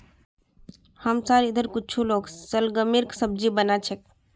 हमसार इधर कुछू लोग शलगमेर सब्जी बना छेक